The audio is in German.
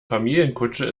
familienkutsche